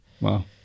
Wow